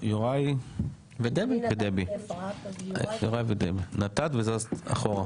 רק תציג את עצמך למרות שאמרתי,